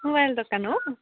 mobile दोकान हो